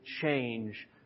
change